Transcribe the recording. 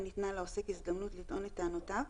ניתנה לעוסק הזדמנות לטעון את טענותיו,